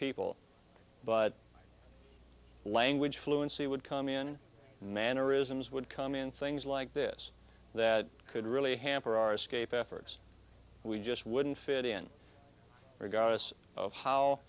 people but language fluency would come in mannerisms would come in things like this that could really hamper our escape efforts we just wouldn't fit in regardless of how